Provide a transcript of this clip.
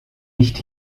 nicht